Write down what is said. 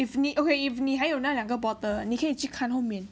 if 你 okay if 你还有那两个 bottle 你可以去看后面